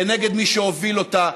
כנגד מי שהוביל אותה,